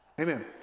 Amen